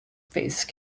phase